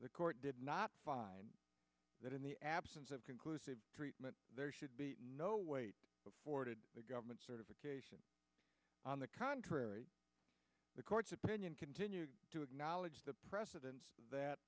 the court did not find that in the absence of conclusive treatment there should be no wait before did the government certification on the contrary the court's opinion continue to acknowledge the precedence that